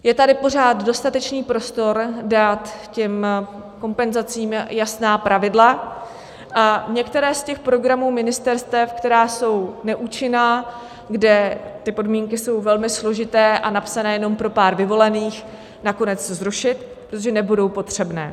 Je tady pořád dostatečný prostor dát těm kompenzacím jasná pravidla a některé z těch programů ministerstev, které jsou neúčinné, kde ty podmínky jsou velmi složité a napsané jen pro pár vyvolených, nakonec zrušit, protože nebudou potřebné.